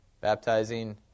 baptizing